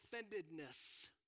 offendedness